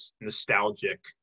nostalgic